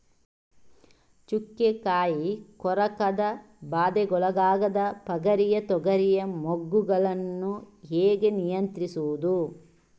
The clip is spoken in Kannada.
ಚುಕ್ಕೆ ಕಾಯಿ ಕೊರಕದ ಬಾಧೆಗೊಳಗಾದ ಪಗರಿಯ ತೊಗರಿಯ ಮೊಗ್ಗುಗಳನ್ನು ಹೇಗೆ ನಿಯಂತ್ರಿಸುವುದು?